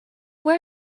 wear